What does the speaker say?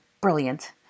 Brilliant